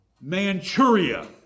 Manchuria